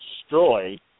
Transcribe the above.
destroyed